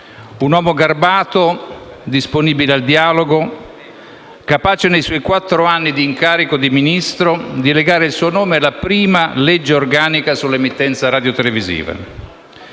un uomo garbato, disponibile al dialogo, capace, nei suoi quattro anni di incarico di Ministro, di legare il suo nome alla prima legge organica sull'emittenza radiotelevisiva.